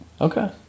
Okay